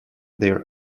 their